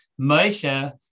Moshe